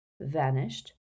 vanished